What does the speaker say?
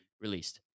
released